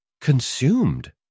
Consumed